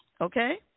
Okay